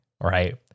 right